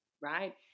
right